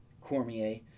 cormier